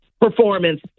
performance